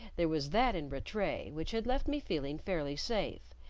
there was that in rattray which had left me feeling fairly safe,